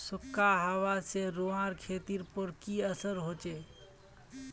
सुखखा हाबा से रूआँर खेतीर पोर की असर होचए?